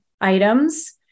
items